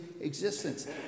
existence